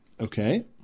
Okay